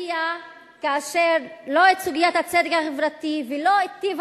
מצביע כאשר לא סוגיית הצדק החברתי ולא טיב